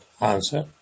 answer